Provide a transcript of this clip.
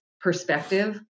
perspective